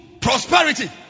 prosperity